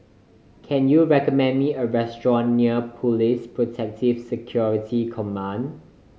can you recommend me a restaurant near Police Protective Security Command